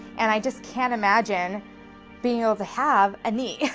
and i just can't imagine being able to have a knee.